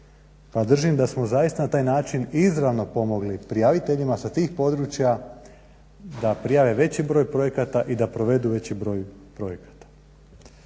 Pa držim da smo zaista na taj način izravno pomogli prijaviteljima sa tih područja da prijave veći broj projekata i da provedu veći broj projekata.